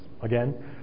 Again